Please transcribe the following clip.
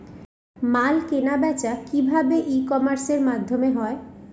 মাল কেনাবেচা কি ভাবে ই কমার্সের মাধ্যমে হয়?